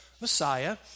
Messiah